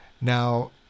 Now